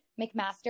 McMaster